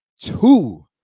two